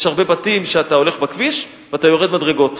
יש הרבה בתים שאתה הולך בכביש ואתה יורד במדרגות,